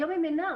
היום הם אינם.